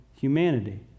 humanity